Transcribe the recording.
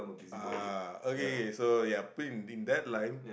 ah okay so ya out it in in that line